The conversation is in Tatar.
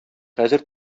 хәзер